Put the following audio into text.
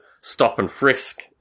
stop-and-frisk